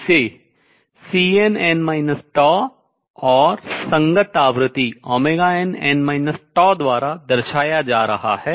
इसे Cnn τ और संगत आवृत्ति nn τ द्वारा दर्शाया जा रहा है